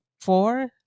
four